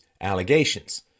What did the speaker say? allegations